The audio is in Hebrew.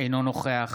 אינו נוכח